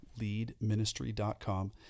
leadministry.com